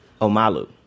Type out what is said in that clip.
Omalu